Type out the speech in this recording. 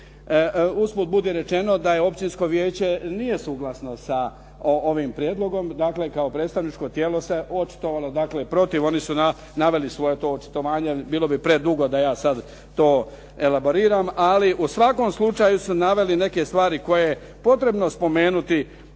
usput budi rečeno da općinsko vijeće nije suglasno sa ovim prijedlogom, dakle kao predstavničko tijelo se očitovalo dakle protiv, oni su naveli to svoje očitovanje, bilo bi predugo da ja sada to elaboriram, ali u svakom slučaju su naveli neke stvari koje je potrebno spomenuti